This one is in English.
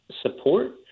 support